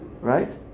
Right